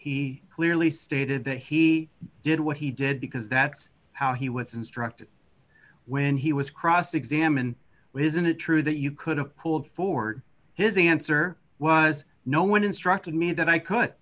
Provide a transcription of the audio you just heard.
he clearly stated that he did what he did because that's how he was instructed when he was cross examined isn't it true that you could have pulled forward his answer was no one instructed me that i could